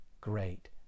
great